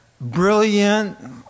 Brilliant